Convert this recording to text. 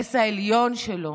האינטרס העליון שלו,